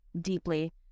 deeply